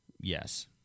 Yes